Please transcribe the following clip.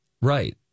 Right